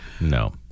No